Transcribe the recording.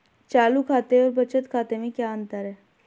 चालू खाते और बचत खाते में क्या अंतर है?